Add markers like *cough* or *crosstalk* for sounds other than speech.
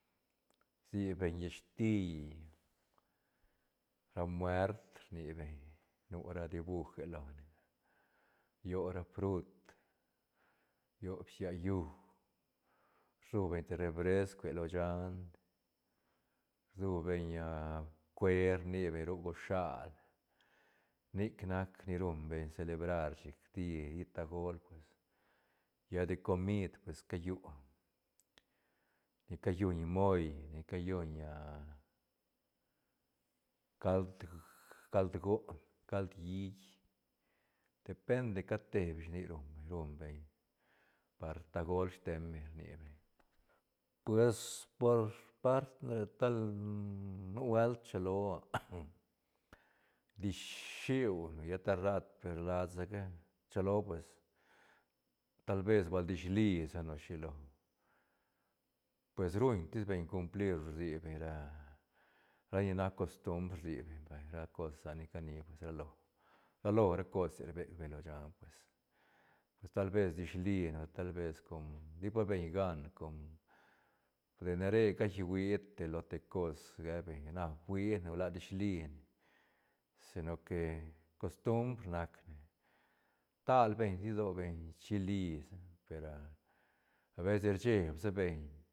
Rsi beñ hiistil ra muert rni beñ nu ra dibuje lone rio ra frut rio bsiallú rsu beñ te refrescue lo shan rsu beñ *hesitation* bcue rni beñ ru gosh shal nic nac ni ruñ beñ celebrar chic ti tagol pues lla de comid pues callu ni calluñ moil ni calluñ *hesitation* cald goon cald hiit depende cat te beñ shinic ruñ beñ guñ beñ par tagol steiñ beñ rni beñ pues por sparta nare tal nubuelt rchiloa *noise* dishiune lla te rat per lasaca rchi loa pues tal vez bal dish lisane o shilo pues ruñ tis beñ cumplir rsi beñ ra ni nac costumbr rsi beñ vay ra cos sani cania vay ralo- ralo ra cose rbec beñ lo shan pues- pues tal ves dishline o talves com dipa beñ gan com de nare cai iuhia te lo te cos ge beñ na fuiane o na dishline sino que costumbr nac ne stal beñ ti lso beñ chilisa per *hesitation* abeces rcheeb sa beñ.